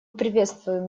приветствуем